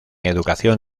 educación